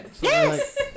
Yes